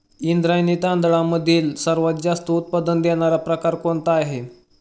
इंद्रायणी तांदळामधील सर्वात जास्त उत्पादन देणारा प्रकार कोणता आहे?